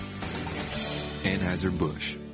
Anheuser-Busch